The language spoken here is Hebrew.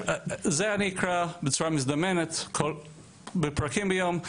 זה אני אקרא בצורה מזדמנת בפרקים ביום.